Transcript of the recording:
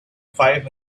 five